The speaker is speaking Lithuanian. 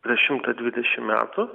prieš šimtą dvidešimt metų